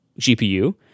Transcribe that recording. gpu